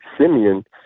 Simeon